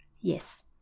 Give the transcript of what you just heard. Yes